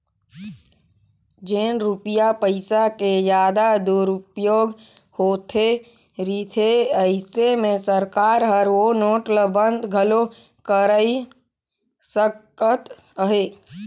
जेन रूपिया पइसा के जादा दुरूपयोग होत रिथे अइसे में सरकार हर ओ नोट ल बंद घलो कइर सकत अहे